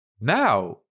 Now